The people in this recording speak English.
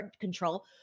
Control